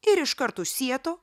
ir iškart už sieto